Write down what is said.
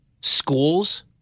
schools